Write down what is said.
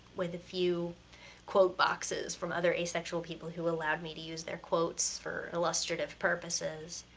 with a few quote boxes from other asexual people who allowed me to use their quotes for illustrative purposes.